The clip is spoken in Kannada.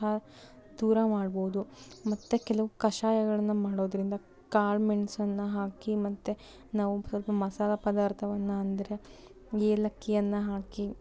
ಸಹ ದೂರ ಮಾಡ್ಬೋದು ಮತ್ತು ಕೆಲವು ಕಷಾಯಗಳನ್ನು ಮಾಡೋದರಿಂದ ಕಾಳುಮೆಣ್ಸನ್ನ ಹಾಕಿ ಮತ್ತು ನಾವು ಸ್ವಲ್ಪ ಮಸಾಲೆ ಪದಾರ್ಥವನ್ನು ಅಂದರೆ ಏಲಕ್ಕಿಯನ್ನು ಹಾಕಿ